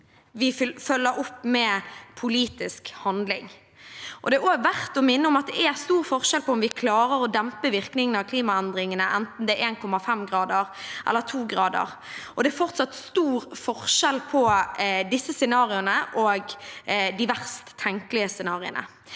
vi følger opp med politisk handling. Det er også verdt å minne om at det er stor forskjell på om vi klarer å dempe virkningene av klimaendringene, enten det er 1,5 grader eller 2 grader. Det er fortsatt stor forskjell på disse scenarioene og de verst tenkelige scenarioer.